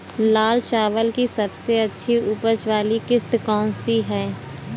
लाल चावल की सबसे अच्छी उपज वाली किश्त कौन सी है?